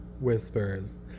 whispers